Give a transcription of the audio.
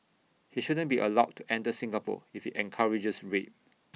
he shouldn't be allowed to enter Singapore if he encourages rape